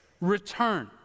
return